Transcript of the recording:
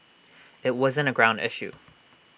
IT wasn't A ground issue